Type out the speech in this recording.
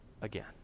again